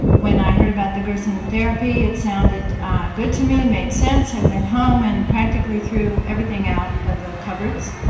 when i heard about the gerson therapy, it sounded good to me and made sense i went home and practically throw everything out of the coverts,